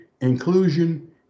inclusion